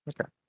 Okay